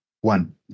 one